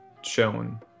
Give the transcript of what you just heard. shown